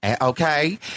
Okay